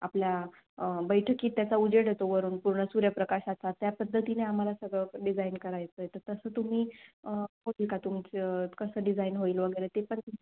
आपल्या बैठकीत त्याचा उजेड येतो वरून पूर्ण सूर्यप्रकाशाचा त्या पद्धतीने आम्हाला सगळं डिझाईन करायचं आहे तर तसं तुम्ही होईल का तुमचं कसं डिझाईन होईल वगैरे ते पण तर